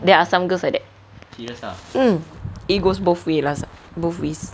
there are some girls like that mm it goes both way lah some~ both ways